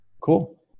Cool